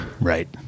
Right